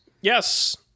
Yes